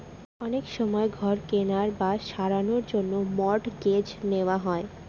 অনেক সময় ঘর কেনার বা সারানোর জন্য মর্টগেজ নেওয়া হয়